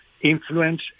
influence